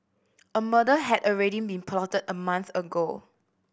a murder had already been plotted a month ago